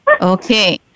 okay